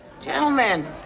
gentlemen